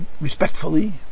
respectfully